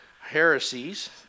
heresies